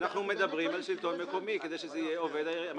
אתה חושב שזה לא צריך להיות עובד העיריה?